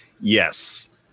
Yes